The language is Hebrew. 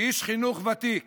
כאיש חינוך ותיק